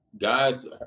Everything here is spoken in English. guys